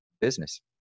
business